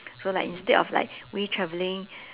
so like instead of like we traveling